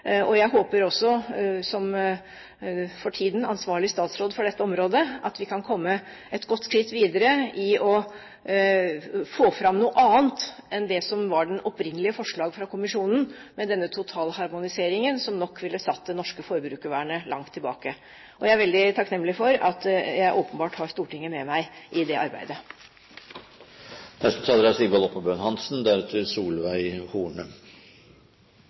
Jeg håper også, som for tiden ansvarlig statsråd for dette området, at vi kan komme et godt skritt videre med hensyn til å få fram noe annet enn det som var det opprinnelige forslaget fra kommisjonen, totalharmoniseringen, som nok ville satt det norske forbrukervernet langt tilbake. Jeg er veldig takknemlig for at jeg åpenbart har Stortinget med meg i det arbeidet. Det er